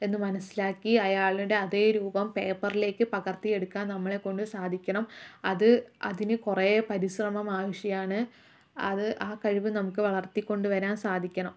എന്നു മനസ്സിലാക്കി അയാളുടെ അതേ രൂപം പേപ്പറിലേക്ക് പകർത്തി എടുക്കാൻ നമ്മളെകൊണ്ട് സാധിക്കണം അത് അതിന് കുറേ പരിശ്രമം ആവശ്യമാണ് അത് ആ കഴിവ് നമുക്ക് വളർത്തികൊണ്ടുവരാൻ സാധിക്കണം